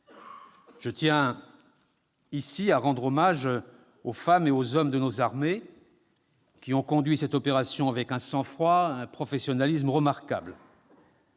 Je tiens ici à rendre hommage aux femmes et aux hommes de nos armées, qui ont conduit cette opération avec un sang-froid et un professionnalisme remarquables.